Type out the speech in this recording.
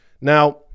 Now